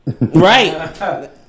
Right